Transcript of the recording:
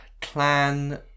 clan